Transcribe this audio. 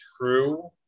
true